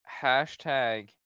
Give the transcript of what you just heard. hashtag